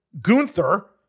Gunther